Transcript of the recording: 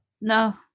No